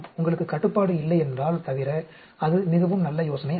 உங்களுக்கு கட்டுப்பாடு இல்லையென்றால் தவிர அது மிகவும் நல்ல யோசனை அல்ல